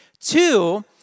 Two